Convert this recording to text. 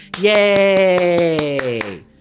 yay